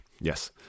Yes